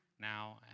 now